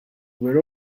were